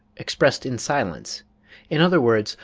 expressed in silence in other words,